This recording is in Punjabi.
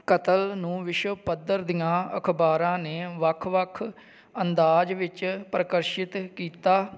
ਕਤਲ ਨੂੰ ਵਿਸ਼ਵ ਪੱਧਰ ਦੀਆਂ ਅਖ਼ਬਾਰਾਂ ਨੇ ਵੱਖ ਵੱਖ ਅੰਦਾਜ਼ ਵਿੱਚ ਪ੍ਰਕਾਰਸ਼ਿਤ ਕੀਤਾ